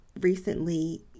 recently